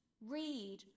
Read